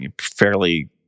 fairly